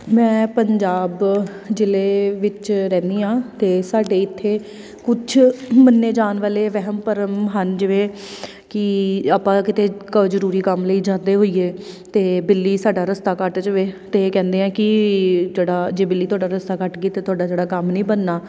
ਮੈਂ ਪੰਜਾਬ ਜ਼ਿਲ੍ਹੇ ਵਿੱਚ ਰਹਿੰਦੀ ਹਾਂ ਅਤੇ ਸਾਡੇ ਇੱਥੇ ਕੁਛ ਮੰਨੇ ਜਾਣ ਵਾਲੇ ਵਹਿਮ ਭਰਮ ਹਨ ਜਿਵੇਂ ਕਿ ਆਪਾਂ ਕਿਤੇ ਕ ਜ਼ਰੂਰੀ ਕੰਮ ਲਈ ਜਾਂਦੇ ਹੋਈਏ ਅਤੇ ਬਿੱਲੀ ਸਾਡਾ ਰਸਤਾ ਕੱਟ ਜਾਵੇ ਅਤੇ ਕਹਿੰਦੇ ਆ ਕਿ ਜਿਹੜਾ ਜੇ ਬਿੱਲੀ ਤੁਹਾਡਾ ਰਸਤਾ ਕੱਟ ਗਈ ਅਤੇ ਤੁਹਾਡਾ ਜਿਹੜਾ ਕੰਮ ਨਹੀਂ ਬਣਨਾ